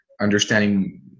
understanding